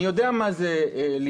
אני יודע מה זה להיבחן,